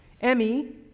Emmy